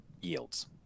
yields